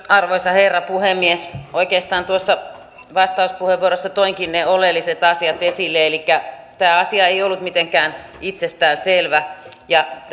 arvoisa herra puhemies oikeastaan tuossa vastauspuheenvuorossa toinkin ne oleelliset asiat esille elikkä tämä asia ei ollut mitenkään itsestään selvä ja